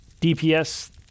DPS